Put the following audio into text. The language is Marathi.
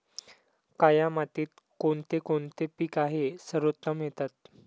काया मातीत कोणते कोणते पीक आहे सर्वोत्तम येतात?